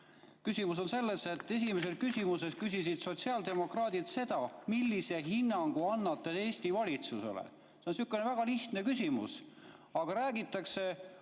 Küsimus on selles, et esimeses küsimuses küsisid sotsiaaldemokraadid seda, millise hinnangu annate Eesti valitsusele. See on sihukene väga lihtne küsimus, aga vastuses